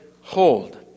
hold